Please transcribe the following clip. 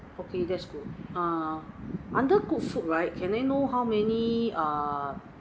okay that's good uh under good food right can I know how many uh